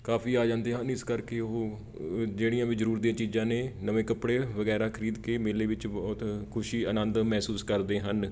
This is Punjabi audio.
ਕਾਫੀ ਆ ਜਾਂਦੇ ਹਨ ਇਸ ਕਰਕੇ ਉਹ ਅ ਜਿਹੜੀਆਂ ਵੀ ਜ਼ਰੂਰਤ ਦੀਆਂ ਚੀਜ਼ਾਂ ਨੇ ਨਵੇਂ ਕੱਪੜੇ ਵਗੈਰਾ ਖਰੀਦ ਕੇ ਮੇਲੇ ਵਿੱਚ ਬਹੁਤ ਖੁਸ਼ੀ ਆਨੰਦ ਮਹਿਸੂਸ ਕਰਦੇ ਹਨ